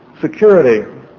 security